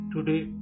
Today